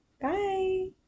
Bye